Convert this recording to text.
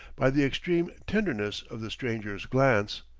by the extreme tenderness of the stranger's glance,